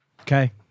Okay